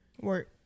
work